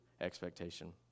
expectation